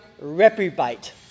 reprobate